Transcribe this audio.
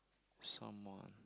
someone